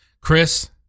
Chris